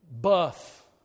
buff